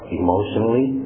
emotionally